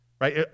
right